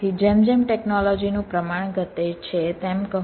તેથી જેમ જેમ ટેક્નોલોજીનું પ્રમાણ ઘટે છે તેમ કહો કે 0